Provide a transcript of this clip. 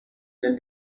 then